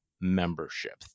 membership